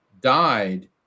died